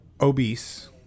obese